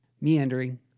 meandering